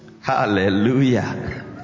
Hallelujah